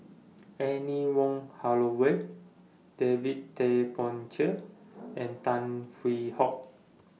Anne Wong Holloway David Tay Poey Cher and Tan Hwee Hock